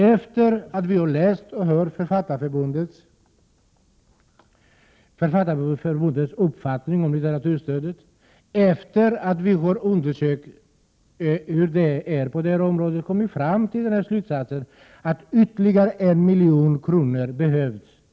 Efter det att vi läst och hört Författarförbundets uppfattning om litteraturstödet och sedan vi undersökt hur det ligger till på detta område, har vi kommit fram till den slutsatsen att ytterligare 1 milj.kr. behövs.